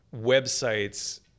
websites